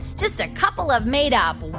just a couple of made-up